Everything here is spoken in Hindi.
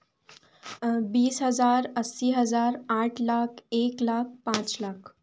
बीस हज़ार अस्सी हज़ार आठ लाख एक लाख पाँच लाख